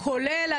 כולל,